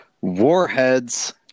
warheads